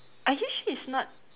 are you sure it's not